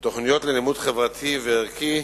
תוכניות ללימוד חברתי וערכי,